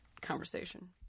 conversation